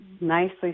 Nicely